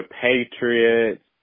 Patriots